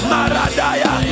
Maradaya